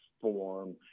form